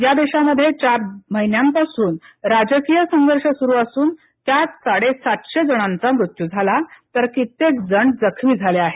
या देशात चार महिन्यांपासून राजकीय संघर्ष सुरू असून त्यात साडेसातशे जणांचा मृत्यू झाला तर कित्येक जण जखमी झाले आहेत